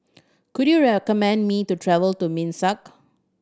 could you recommend me to travel to Minsk